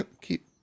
keep